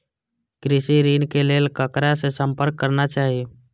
कृषि ऋण के लेल ककरा से संपर्क करना चाही?